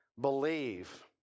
believe